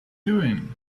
doing